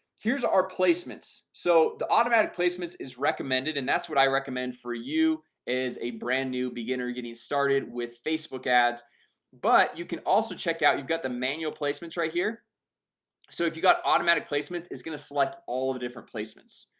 here's our placements so the automatic placements is recommended and that's what i recommend for you is a brand new beginner getting started with facebook ads but you can also check out you've got the manual placements right here so if you got automatic placements is gonna select all the different placements,